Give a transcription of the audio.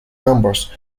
numbers